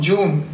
June